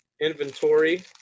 inventory